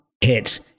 hits